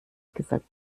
gesagt